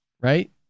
right